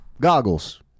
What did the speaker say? Goggles